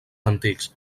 antics